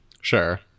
Sure